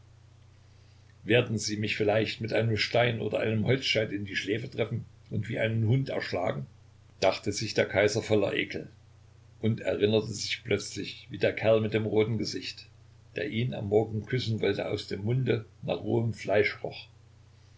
werden sie mich vielleicht mit einem stein oder einem holzscheit in die schläfe treffen und wie einen hund erschlagen dachte sich der kaiser voller ekel und erinnerte sich plötzlich wie der kerl mit dem roten gesicht der ihn am morgen küssen wollte aus dem munde nach rohem fleisch